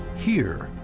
here,